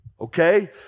okay